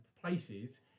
places